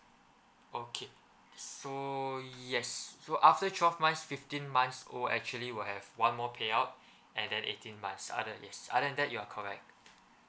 okay so yes so after twelve months fifteen months old actually will have one more payout and then eighteen months other yes other than that you are correct